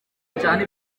ajyane